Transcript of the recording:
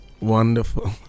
Wonderful